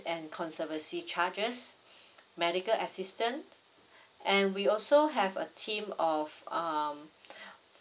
and conservancy charges medical assistance and we also have a team of um